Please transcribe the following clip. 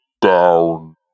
down